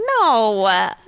No